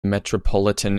metropolitan